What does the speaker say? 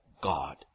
God